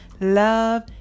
love